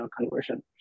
conversion